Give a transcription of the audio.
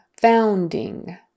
Founding